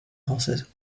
française